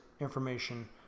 information